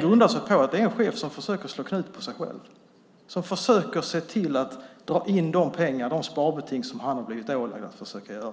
grundar sig på en chef som försöker slå knut på sig själv, som försöker se till att klara det sparbeting som han har blivit ålagd att försöka göra.